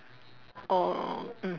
or mm